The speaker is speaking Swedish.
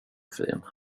fin